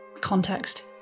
context